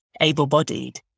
able-bodied